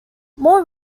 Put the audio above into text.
more